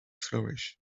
flourish